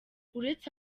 uretse